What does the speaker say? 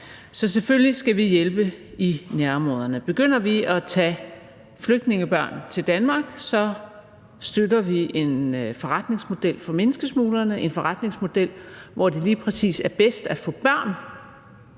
Så selvfølgelig skal vi hjælpe i nærområderne. Begynder vi at tage flygtningebørn til Danmark, støtter vi en forretningsmodel for menneskesmuglerne, en forretningsmodel, hvor det lige præcis er bedst at få børn